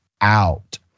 out